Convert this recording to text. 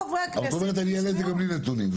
את אומרת שתעלי את זה גם בלי נתונים.